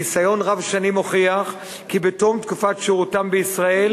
ניסיון רב-שנים הוכיח כי בתום תקופת שהותם בישראל